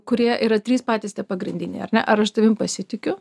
kurie yra trys patys tie pagrindiniai ar ne ar aš tavim pasitikiu